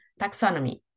taxonomy